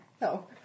No